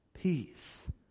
peace